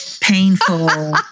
painful